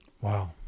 Wow